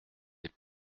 des